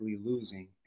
losing